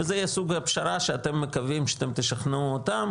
וזה יהיה סוג של פשרה שאתם מקווים שתשכנעו אותם